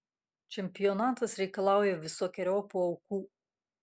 čempionatas reikalauja visokeriopų aukų